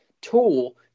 tool